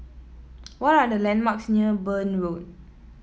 what are the landmarks near Burn Road